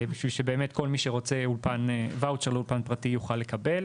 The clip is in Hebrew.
בשביל שבאמת כל מי שרוצה ואוצ'ר לאולפן פרטי יוכל לקבל.